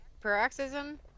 paroxysm